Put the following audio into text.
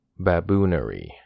Baboonery